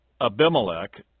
Abimelech